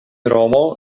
romo